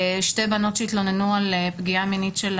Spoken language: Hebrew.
שתי בנות שהתלוננו על פגיעה מינית של